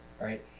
right